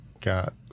got